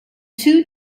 two